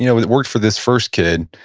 you know it worked for this first kid.